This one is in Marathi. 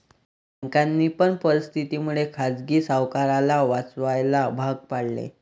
बँकांनी पण परिस्थिती मुळे खाजगी सावकाराला वाचवायला भाग पाडले